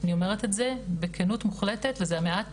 אני אומרת את זה בכנות המוחלטת וזה המעט